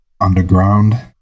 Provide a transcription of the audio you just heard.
underground